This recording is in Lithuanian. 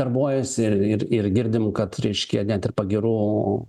darbuojasi ir ir girdim kad reiškia net ir pagyrų